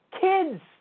kids